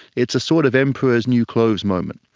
it's a sort of emperor's new clothes moment.